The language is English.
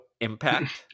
impact